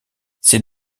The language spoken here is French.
c’est